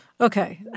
Okay